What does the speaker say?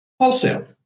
Wholesale